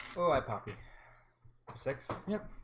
oh aye papi six. yep,